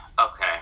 Okay